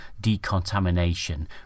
decontamination